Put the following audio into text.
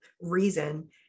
reason